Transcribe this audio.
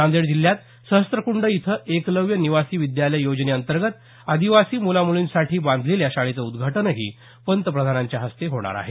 नांदेड जिल्ह्यात सहस्रकुंड इथं एकलव्य निवासी विद्यालय योजनेंतर्गत आदिवासी मुला मुलींसाठी बांधलेल्या शाळेचं उद्धाटनही पंतप्रधानांच्या हस्ते होणार आहे